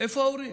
איפה ההורים?